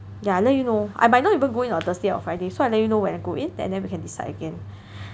I let you know I might not even go in on Thursday or Friday so I let you know when I go in and then we can decide again